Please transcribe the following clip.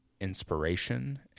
inspiration